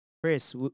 Chris